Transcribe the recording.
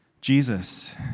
Jesus